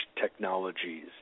technologies